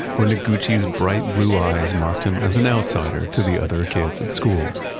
where noguchi's bright blue eyes marked him as an outsider to the other kids at school.